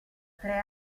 tre